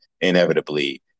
inevitably